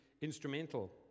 Instrumental